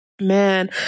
man